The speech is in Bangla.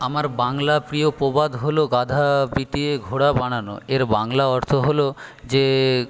আমার বাংলা প্রিয় প্রবাদ হল গাধা পিটিয়ে ঘোড়া বানানো এর বাংলা অর্থ হল যে